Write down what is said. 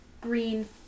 green